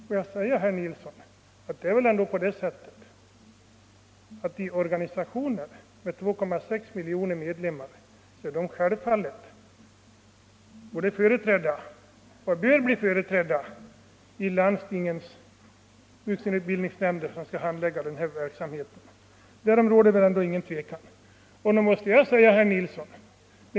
Låt mig säga till herr Nilsson att självfallet bör organisationer med 2,6 miljoner medlemmar vara företrädda i landstingens vuxenutbildningsnämnder; därom råder väl ingen tvekan.